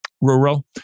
rural